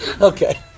Okay